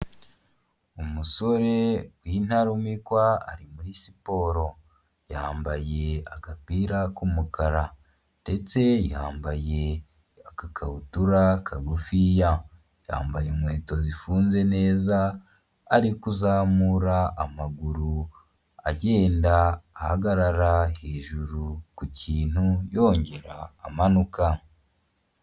Umusore w'intarumikwa ari muri siporo, yambaye agapira k'umukara, ndetse yambaye akakabutura kagufiya, yambaye inkweto zifunze neza,, ariko kuzamura amaguru agenda ahagarara hejuru ku kintu, yongera amanuka.